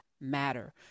Matter